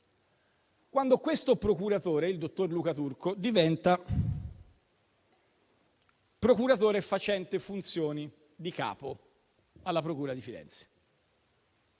quando questo procuratore, il dottor Luca Turco, è diventato procuratore facente funzioni di capo alla procura di Firenze.